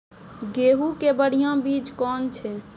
गेहूँ के बढ़िया बीज कौन छ?